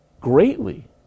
greatly